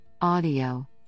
audio